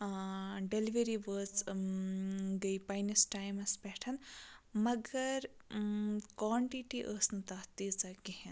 delivery وٲژ گٔے پنٛنِس ٹایمَس پیٚٹھ مگر کانٹِٹی ٲس نہٕ تَتھ تیٖژاہ کِہیٖنۍ نہٕ